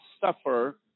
suffer